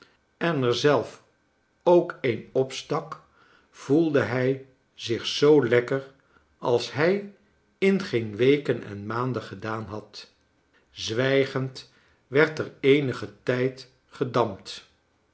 en er zelf ook een opstak voelde hij zich zoo lekker als hij in geen weken en maanden gedaan had zwijgend werd er eenigen tijd gedampt